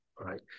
right